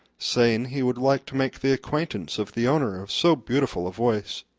saying he would like to make the acquaintance of the owner of so beautiful a voice.